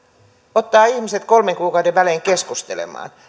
ottaa ihmiset kolmen kuukauden välein keskustelemaan